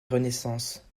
renaissance